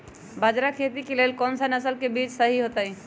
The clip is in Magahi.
बाजरा खेती के लेल कोन सा नसल के बीज सही होतइ?